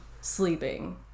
sleeping